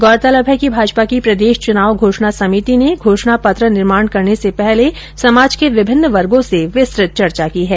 गौरतलब है कि भाजपा की प्रदेश चुनाव घोषणा समिति ने घोषणा पत्र निर्माण करने से पहले समाज के विभिन्न वर्गो से विस्तृत चर्चा की है